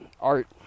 art